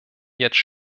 jetzt